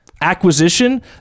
acquisition